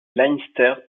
leinster